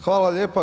Hvala lijepa.